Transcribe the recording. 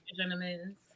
gentlemen